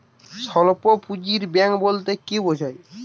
স্বল্প পুঁজির ব্যাঙ্ক বলতে কি বোঝায়?